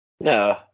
No